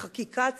לחקיקה צודקת,